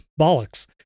bollocks